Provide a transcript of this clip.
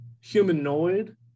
humanoid